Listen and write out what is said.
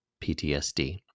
PTSD